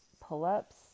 pull-ups